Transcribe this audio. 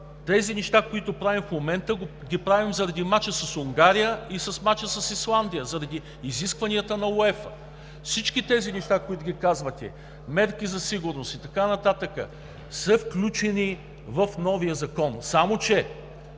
тези неща, които правим в момента, ги правим заради мача с Унгария и заради мача с Исландия, заради изискванията на УЕФА. Всички тези неща, които ги казвате – мерки за сигурност и така нататък, са включени в новия Закон.